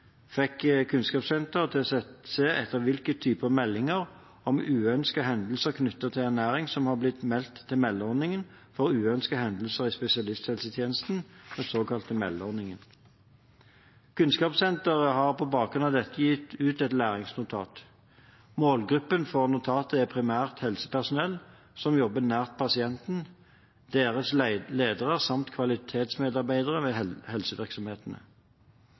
fikk Kunnskapssenteret til å se etter hvilke typer meldinger om uønskede hendelser knyttet til ernæring som har blitt meldt til meldeordningen for uønskede hendelser i spesialisthelsetjenesten, den såkalte meldeordningen. Kunnskapssenteret har på bakgrunn av dette gitt ut et læringsnotat. Målgruppen for notatet er primært helsepersonell som jobber nært pasienten, deres ledere samt kvalitetsmedarbeidere ved helsevirksomhetene.